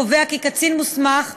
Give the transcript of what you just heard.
קובע כי "קצין מוסמך רשאי,